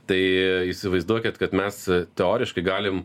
tai įsivaizduokit kad mes teoriškai galim